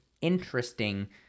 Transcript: interesting